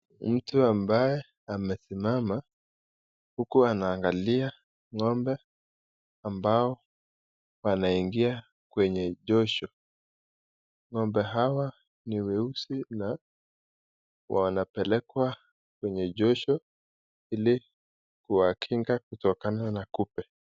Mtu ambaye amesimama huku anaangalia ng'ombe ambao wanaingia kwenye josho. Ng'ombe hawa ni weusi na wanapelekwa kwenye josho ili kuwakinga kutokana na kupe.